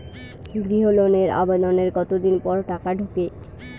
গৃহ লোনের আবেদনের কতদিন পর টাকা ঢোকে?